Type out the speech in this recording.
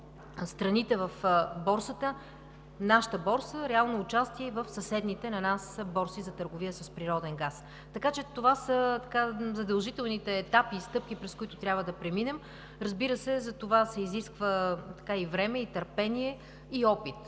съседните на нас борси за търговия с природен газ. Това са задължителните етапи и стъпки, през които трябва да преминем. Разбира се, за това се изисква и време, и търпение, и опит.